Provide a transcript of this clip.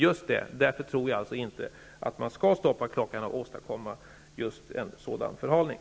Just det, därför tror jag inte att man skall stoppa klockan och åstadkomma en sådan förhalning.